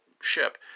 ship